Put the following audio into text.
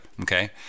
okay